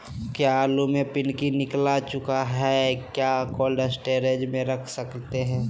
क्या आलु में पनकी निकला चुका हा क्या कोल्ड स्टोरेज में रख सकते हैं?